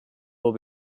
will